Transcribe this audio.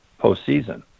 postseason